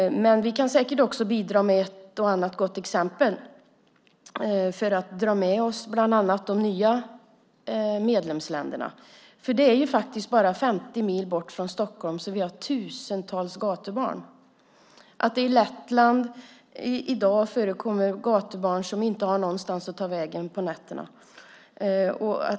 Vi kan säkert också bidra med ett och annat gott exempel för att dra med oss bland annat de nya medlemsländerna. Det är bara 50 mil bort från Stockholm som vi har tusentals gatubarn. Det förekommer i dag i Lettland gatubarn som inte har någonstans att ta vägen på nätterna.